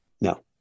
No